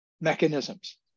mechanisms